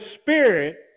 Spirit